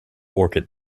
orchid